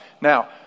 Now